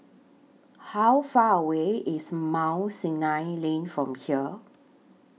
How Far away IS Mount Sinai Lane from here